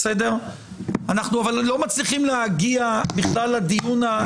אבל אנחנו לא מצליחים להגיע בכלל לדיון הענייני הזה.